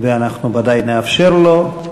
ואנחנו ודאי נאפשר לו.